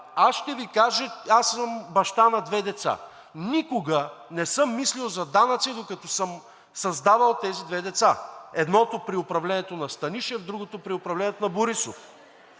аз съм баща на две деца. Никога не съм мислил за данъци, докато съм създавал тези две деца – едното при управлението на Станишев, другото при управлението на Борисов.